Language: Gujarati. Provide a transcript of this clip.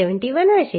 7l હશે